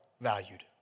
valued